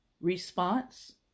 response